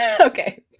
Okay